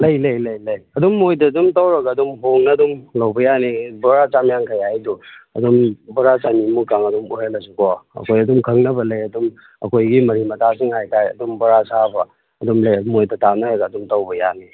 ꯂꯩ ꯂꯩ ꯂꯩ ꯂꯩ ꯑꯗꯨꯝ ꯃꯣꯏꯗ ꯑꯗꯨꯝ ꯇꯧꯔꯒ ꯑꯗꯨꯝ ꯍꯣꯡꯅ ꯑꯗꯨꯝ ꯂꯧꯕ ꯌꯥꯅꯤ ꯕꯣꯔꯥ ꯆꯥꯝꯃ ꯌꯥꯡꯈꯩ ꯍꯥꯏꯗꯣ ꯑꯗꯨꯝ ꯕꯣꯔꯥ ꯆꯅꯤ ꯃꯨꯛ ꯆꯥꯡ ꯑꯗꯨꯝ ꯑꯣꯏꯍꯜꯂꯁꯨꯀꯣ ꯑꯩꯈꯣꯏ ꯑꯗꯨꯝ ꯈꯪꯅꯕ ꯂꯩ ꯑꯗꯨꯝ ꯑꯩꯈꯣꯏꯒꯤ ꯃꯔꯤ ꯃꯇꯥꯁꯤꯡ ꯍꯥꯏꯇꯥꯔꯦ ꯑꯗꯨꯝ ꯕꯣꯔꯥ ꯁꯥꯕ ꯑꯗꯨꯝ ꯂꯩ ꯃꯣꯏꯗ ꯇꯥꯟꯅꯔꯒ ꯑꯗꯨꯝ ꯇꯧꯕ ꯌꯥꯅꯤ